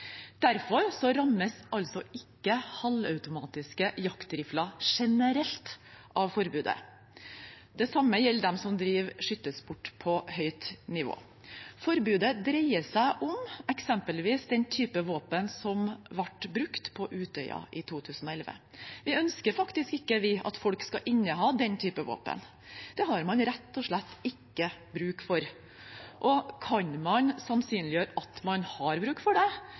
Derfor rammes ikke halvautomatiske jaktrifler generelt av forbudet. Det samme gjelder dem som driver skyttersport på høyt nivå. Forbudet dreier seg eksempelvis om den typen våpen som ble brukt på Utøya i 2011. Vi ønsker ikke at folk skal inneha den typen våpen. Det har man rett og slett ikke bruk for. Og kan man sannsynliggjøre at man har bruk for det,